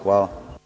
Hvala.